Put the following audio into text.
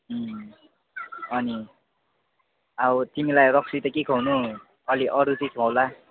अनि अब तिमीलाई रक्सी त के खुवाउनु अलिक अरू चाहिँ खुवाउँला